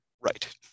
Right